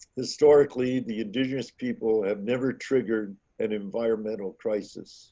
historically, the indigenous people have never triggered an environmental crisis